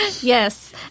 Yes